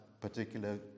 particular